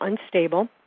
unstable